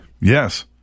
Yes